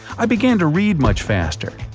i began to read much faster.